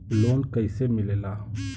Loan कईसे मिलेला?